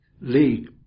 league